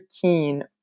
keen